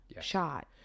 shot